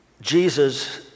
Jesus